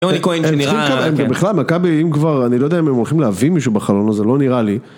נורי כהן שנראה... בכלל, מכבי אם כבר, אני לא יודע אם הם הולכים להביא מישהו בחלון הזה, לא נראה לי.